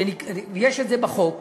ויש את זה בחוק,